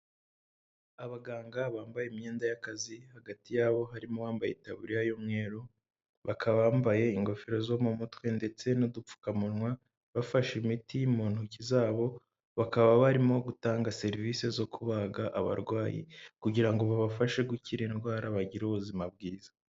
Abaganga bambaye imyenda y'akazi, hagati yabo harimo uwambaye itaburiya y'umweru, bakaba bambaye ingofero zo mu mutwe, ndetse n'udupfukamunwa bafashe imiti mu ntoki zabo. Bakaba barimo gutanga serivisi zo kubaga abarwayi kugira ngo babafashe gukira indwara bagire ubuzima bwiza.